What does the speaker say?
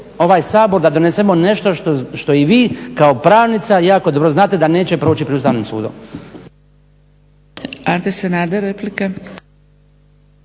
ovaj Sabor da donesemo nešto što i vi kao pravnica jako dobro znate da neće proći pred Ustavnim sudom.